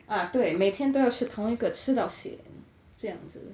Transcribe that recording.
ah 对每天都是同一个吃到 sian 这样子